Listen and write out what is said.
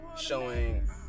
showing